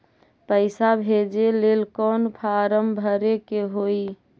पैसा भेजे लेल कौन फार्म भरे के होई?